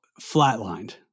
flatlined